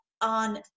on